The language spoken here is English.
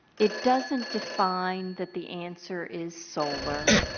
it doesn't define that the answer is solar.